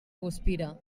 guspira